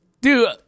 Dude